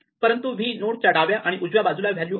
परंतु v नोडच्या डाव्या आणि उजव्या बाजूला व्हॅल्यू आहेत